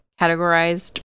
categorized